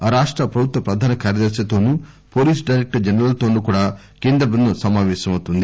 ఆ రాష్ట ప్రభుత్వ ప్రధాన కార్యదర్శితోనూ పోలీసు డైరెక్టర్ జనరల్ తోనూ కూడా కేంద్ర బృందం సమాపేశమవుతుంది